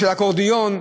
של האקורדיון,